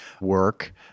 work